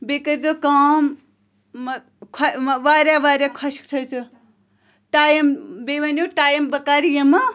بیٚیہِ کٔرۍ زیٚو کٲم مۄ واریاہ واریاہ خۄشِک تھٲے زیو ٹایِم بیٚیہِ ؤنِو ٹایم بہٕ کَرٕ یِمہٕ